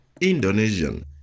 Indonesian